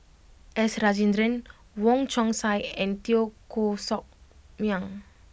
S Rajendran Wong Chong Sai and Teo Koh Sock Miang